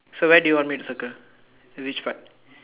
so where do you want me to circle which part